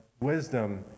wisdom